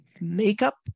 makeup